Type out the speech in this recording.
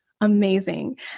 amazing